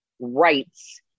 rights